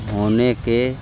ہونے کے